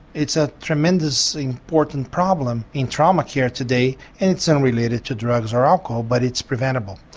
it's a tremendously important problem in trauma care today and it's unrelated to drugs or alcohol but it's preventable.